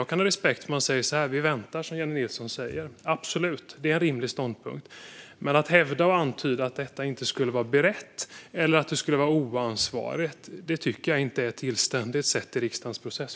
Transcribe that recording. Jag kan ha respekt för att man säger att vi ska vänta, som Jennie Nilsson säger. Det är absolut en rimlig ståndpunkt. Men att antyda att detta inte skulle vara berett eller att det skulle vara oansvarigt tycker jag inte är ett tillständigt sätt i riksdagens process.